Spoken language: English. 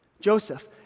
Joseph